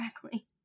correctly